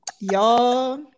y'all